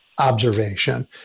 observation